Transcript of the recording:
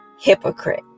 Hypocrite